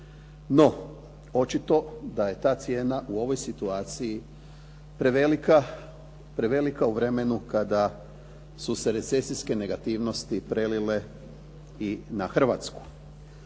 No, očito da je ta cijena u ovoj situaciji prevelika u vremenu kada su se recesijske negativnosti prelile i na Hrvatsku.